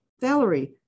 Valerie